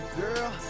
girl